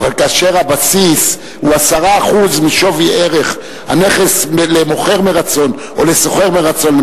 אבל כאשר הבסיס הוא 10% משווי ערך הנכס למוכר מרצון או לשוכר מרצון,